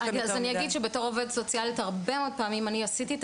בתור עובדת סוציאלית הרבה מאוד פעמים עשיתי את